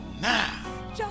Now